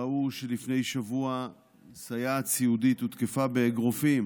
ראו שלפני שבוע סייעת סיעודית הותקפה באגרופים